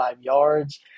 yards